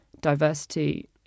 diversity